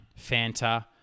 Fanta